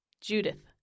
Judith